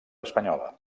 espanyola